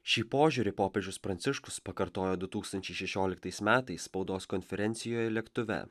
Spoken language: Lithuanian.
šį požiūrį popiežius pranciškus pakartojo du tūkstančiai šešioliktais metais spaudos konferencijoje lėktuve